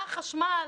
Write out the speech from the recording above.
מה החשמל?